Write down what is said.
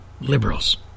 liberals